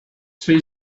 two